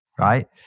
right